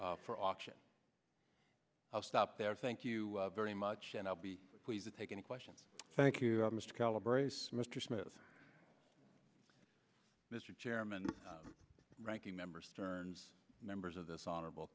d for auction i'll stop there thank you very much and i'll be pleased to take any questions thank you mr calibrates mr smith mr chairman ranking member stearns members of this honorable